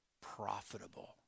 profitable